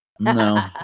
No